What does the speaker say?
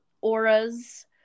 auras